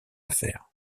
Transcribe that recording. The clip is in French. affaire